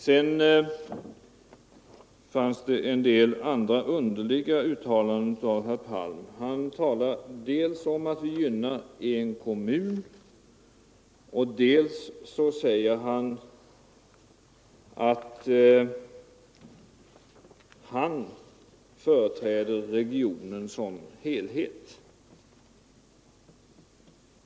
Sedan gjorde herr Palm också en del andra underliga uttalanden. Han talade dels om att vi vill gynna en kommun, dels om att han företräder regionen som helhet.